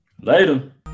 Later